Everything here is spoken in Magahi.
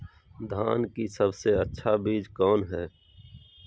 धान की सबसे अच्छा बीज कौन है?